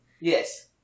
Yes